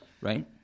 right